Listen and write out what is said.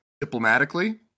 diplomatically